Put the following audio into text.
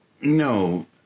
No